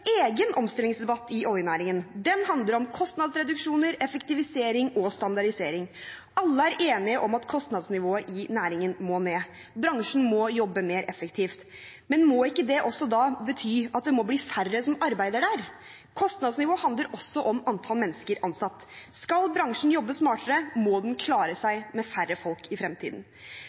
egen omstillingsdebatt i oljenæringen. Den handler om kostnadsreduksjoner, effektivisering og standardisering. Alle er enige om at kostnadsnivået i næringen må ned. Bransjen må jobbe mer effektivt. Men må ikke det også da bety at det må bli færre som arbeider der? Kostnadsnivå handler også om antall mennesker ansatt. Skal bransjen jobbe smartere, må den klare